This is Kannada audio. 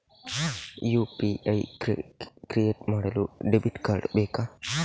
ಯು.ಪಿ.ಐ ಕ್ರಿಯೇಟ್ ಮಾಡಲು ಡೆಬಿಟ್ ಕಾರ್ಡ್ ಬೇಕಾ?